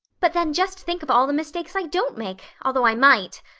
but then just think of all the mistakes i don't make, although i might.